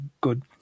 good